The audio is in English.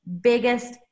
biggest